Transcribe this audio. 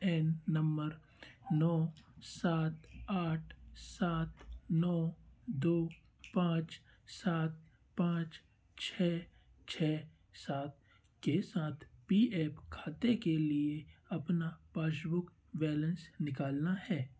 N number नौ सात आठ सात नौ दो पाँच सात पाँच छः छः सात के साथ पी एफ खाते के लिए अपना पाशबुक बैलेन्स निकालना है